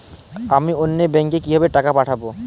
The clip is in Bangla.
আমি অন্য ব্যাংকে কিভাবে টাকা পাঠাব?